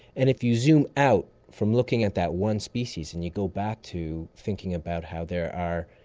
and if you zoom out from looking at that one species and you go back to thinking about how there are,